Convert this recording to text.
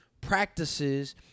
practices